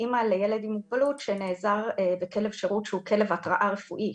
כאימא לילד עם מוגבלות שנעזר בכלב שירות שהוא כלב התרעה רפואי.